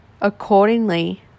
accordingly